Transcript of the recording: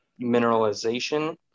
mineralization